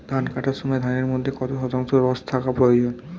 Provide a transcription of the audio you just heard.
ধান কাটার সময় ধানের মধ্যে কত শতাংশ রস থাকা প্রয়োজন?